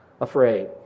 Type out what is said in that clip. Afraid